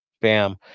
Bam